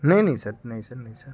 نہیں نہیں سر نہیں سر نہیں سر